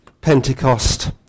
Pentecost